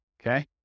Okay